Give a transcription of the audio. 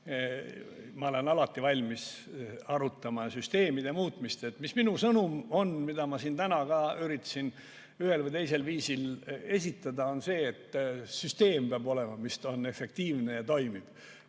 Ma olen alati valmis arutama süsteemide muutmist. Minu sõnum, mida ma siin täna ka üritasin ühel või teisel viisil esitada, on see, et süsteem peab olema efektiivne ja toimiv,